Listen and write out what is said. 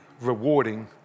rewarding